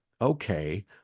okay